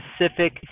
specific